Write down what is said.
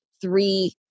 three